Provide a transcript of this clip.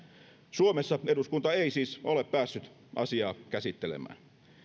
suomessa eduskunta ei siis ole päässyt asiaa käsittelemään